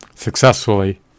Successfully